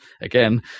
again